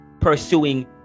pursuing